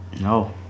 No